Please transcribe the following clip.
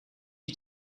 you